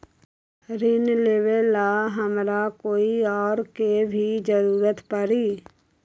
ऋन लेबेला हमरा कोई और के भी जरूरत परी?